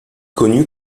connu